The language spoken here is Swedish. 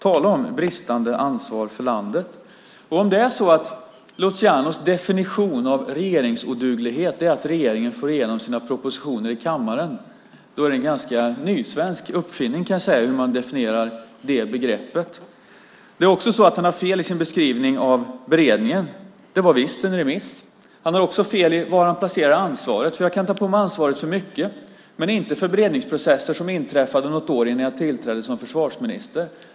Tala om bristande ansvar för landet! Om Lucianos definition av regeringsoduglighet är att regeringen får igenom sina propositioner i riksdagen är det en nysvensk uppfinning, kan jag säga, för att definiera det begreppet. Han har fel i sin beskrivning av beredningen. Det var visst en remiss. Han har fel i var han placerar ansvaret. Jag kan ta på mig ansvaret för mycket, men inte för beredningsprocesser som inträffade något år innan jag tillträdde som försvarsminister.